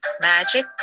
Magic